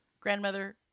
grandmother